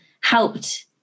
helped